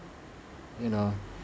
you know